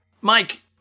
Mike